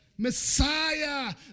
Messiah